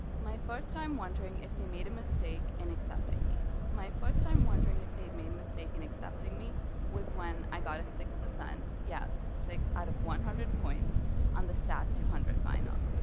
my first time wondering if they made a mistake in accepting me my first time wondering if they had made a mistake in accepting me was when i got a six yes, six out of one hundred points on the stat two hundred final.